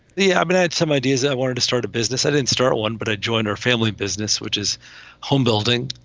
i mean, i had some ideas. i wanted to start a business. i didn't start one, but i joined our family business, which is homebuilding.